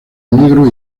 negro